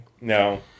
No